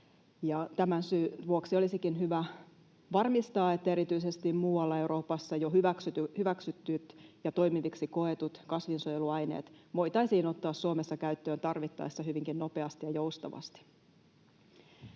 syyn vuoksi olisikin hyvä varmistaa, että erityisesti muualla Euroopassa jo hyväksytyt ja toimiviksi koetut kasvinsuojeluaineet voitaisiin ottaa Suomessa käyttöön tarvittaessa hyvinkin nopeasti ja joustavasti.